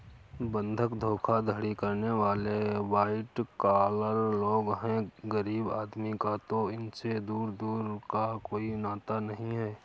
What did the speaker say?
बंधक धोखाधड़ी करने वाले वाइट कॉलर लोग हैं गरीब आदमी का तो इनसे दूर दूर का कोई नाता नहीं है